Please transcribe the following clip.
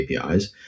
APIs